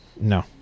No